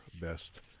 Best